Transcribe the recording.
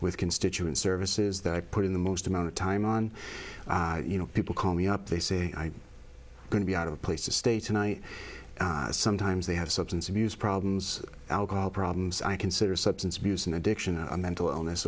with constituent services that i put in the most amount of time on you know people call me up they say going to be out of a place to stay tonight sometimes they have substance abuse problems alcohol problems i consider substance abuse and addiction a mental illness